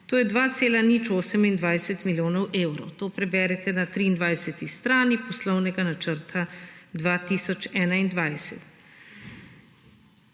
To je 2,028 milijonov evrov, to preberete na 23 strani poslovnega načrta 2021.